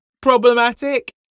Problematic